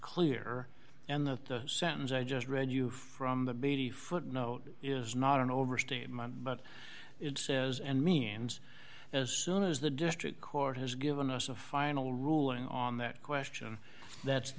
clear and the sentence i just read you from the b d footnote is not an overstatement but it says and means as soon as the district court has given us a final ruling on that question that